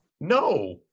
No